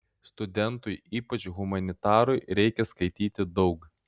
studentui ypač humanitarui reikia skaityti daug